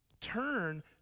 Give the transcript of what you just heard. turn